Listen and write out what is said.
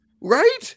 right